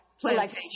plantation